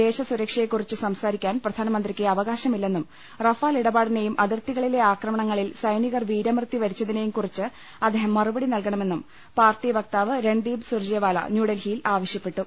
ദേശ സുരക്ഷയെകുറിച്ച് സംസാരി ക്കാൻ പ്രധാനമന്ത്രിക്ക് അവകാശമില്ലെന്നും റഫാൽ ഇടപാടിനെയും അതിർത്തി കളിലെ ആക്രമണങ്ങളിൽ സൈനികർ വീരമൃത്യു വരിച്ചതിനെയും കുറിച്ച് അദ്ദേഹം മറുപടി നൽകണമെന്നും പാർട്ടി വക്താവ് രൺദീപ് സുർജേവാല ന്യൂഡൽഹി യിൽ ആവശ്യപ്പെട്ടു